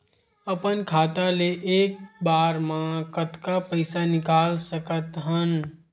अपन खाता ले एक बार मा कतका पईसा निकाल सकत हन?